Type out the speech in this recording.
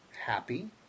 happy